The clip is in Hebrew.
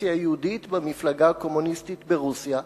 הסקציה היהודית במפלגה הקומוניסטית ברוסיה,